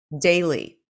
daily